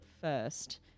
first